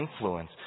influence